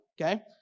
okay